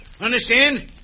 Understand